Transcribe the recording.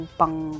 pang